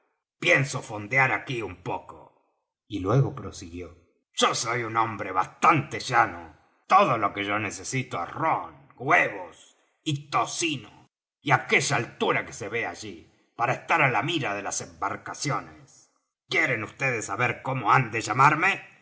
pienso fondear aquí un poco y luego prosiguió yo soy un hombre bastante llano todo lo que yo necesito es rom huevos y tocino y aquella altura que se vé allí para estar á la mira de las embarcaciones quieren vds saber cómo han de llamarme